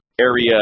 area